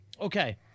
Okay